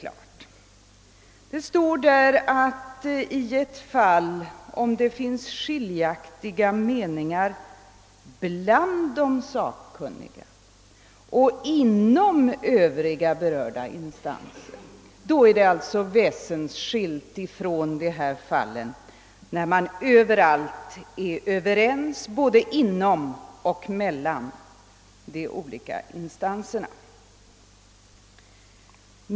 I den meningen står det att om det i ett fall finns skiljaktiga meningar bland de sakkunniga och inom Övriga berörda instanser är det väsensskilt från de fall då man är överens överallt både inom och mellar de olika instanserna.